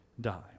die